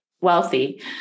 wealthy